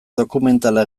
dokumentala